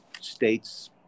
States